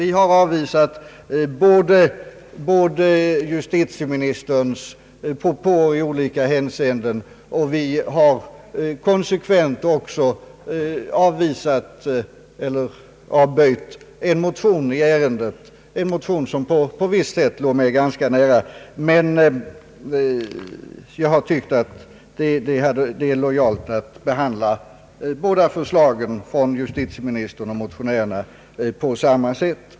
Vi har avvisat både justitieministerns propåer i olika hänseenden och en motion i ärendet — en motion som på visst sätt låg mig ganska nära. Jag har tyckt att det varit lojalt att behandla båda förslagen, från justitieministern och motionärerna, på samma sätt.